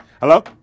Hello